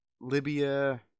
Libya